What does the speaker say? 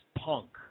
punk